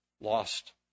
lost